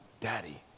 Daddy